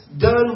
done